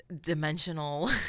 dimensional